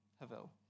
Havel